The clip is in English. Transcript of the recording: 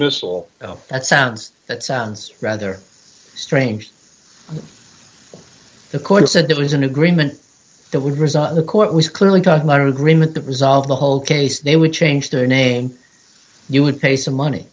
dismissal that sounds that sounds rather strange the court said it was an agreement that would result the court was clearly got a lot of agreement to resolve the whole case they would change their name you would pay some money